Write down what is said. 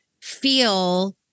feel